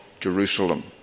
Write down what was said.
Jerusalem